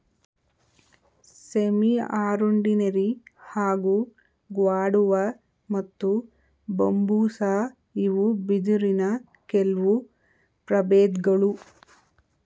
ಸೆಮಿಅರುಂಡಿನೆರಿ ಹಾಗೂ ಗ್ವಾಡುವ ಮತ್ತು ಬಂಬೂಸಾ ಇವು ಬಿದಿರಿನ ಕೆಲ್ವು ಪ್ರಬೇಧ್ಗಳು